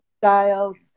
styles